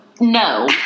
No